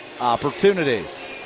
opportunities